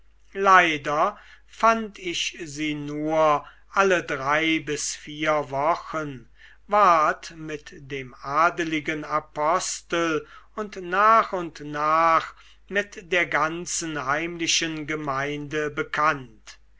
leider fand ich sie nur alle drei bis vier wochen ward mit dem adeligen apostel und nach und nach mit der ganzen heimlichen gemeinde bekannt